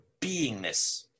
beingness